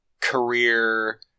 career